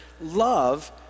love